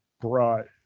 brought